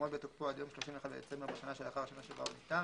יעמוד בתוקפו עד יום 31 בדצמבר בשנה שלאחר השנה שבה הוא ניתן,